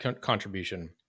contribution